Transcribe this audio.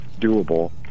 doable